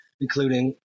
including